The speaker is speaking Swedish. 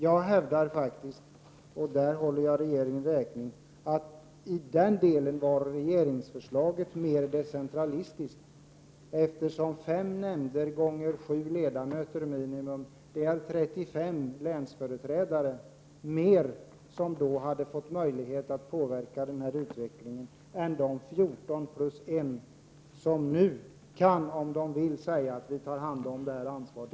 Jag hävdar — och där håller jag regeringen för räkning — att i den delen var regeringsförslaget mer decentralistiskt, eftersom fem nämnder multiplicerat med minst sju ledamöter blir 35 länsföreträdare med möjlighet att påverka denna utveckling, och det är mer än de 14 plus 1 som nu, om de vill, kan ta hand om ansvaret.